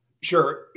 Sure